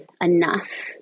enough